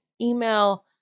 email